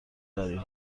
دارین